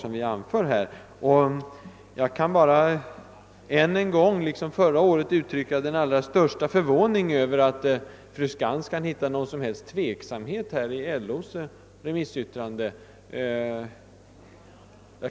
Jag vill emellertid nu liksom förra året uttrycka den allra största förvåning över att fru Skantz har kunnat hitta någon som helst tveksamhet i LO:s remissyttrande.